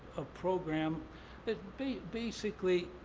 a program that, basically,